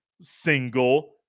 single